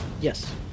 Yes